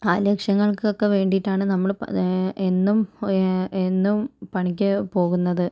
ആ ലഷ്യങ്ങൾക്കൊക്കെ വേണ്ടിയിട്ടാണ് നമ്മൾ പ എന്നും എന്നും പണിക്ക് പോകുന്നത്